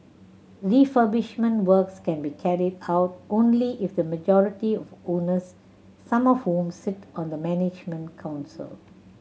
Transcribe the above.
refurbishment works can be carried out only if the majority of owners some of whom sit on the management council